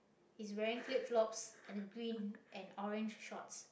he's wearing flip-flops and a green and orange shorts